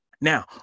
Now